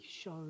show